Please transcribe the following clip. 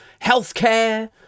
healthcare